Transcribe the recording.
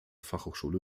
fachhochschule